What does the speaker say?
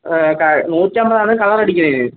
ക നൂറ്റമ്പത് ആണ് കളറടിക്കുന്നതിന്